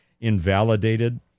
invalidated